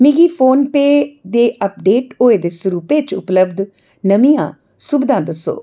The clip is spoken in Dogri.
मिगी फोनपेऽ दे अपडेट होए दे सरूपै च उपलब्ध नमियां सुबधां दस्सो